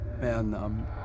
Man